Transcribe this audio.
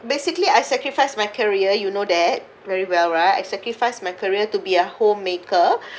basically I sacrifice my career you know that very well right I sacrifice my career to be a homemaker